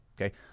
Okay